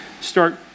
start